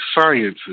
sciences